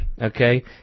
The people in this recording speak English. Okay